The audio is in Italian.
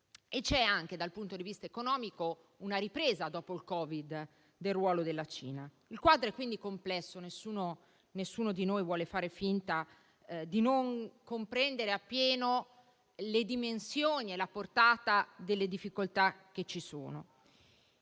E c'è anche, dal punto di vista economico, una ripresa, dopo il Covid-19, del ruolo della Cina. Il quadro è, quindi, complesso. Nessuno di noi vuole fare finta di non comprendere appieno le dimensioni e la portata delle difficoltà che ci sono.